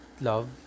love